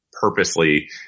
purposely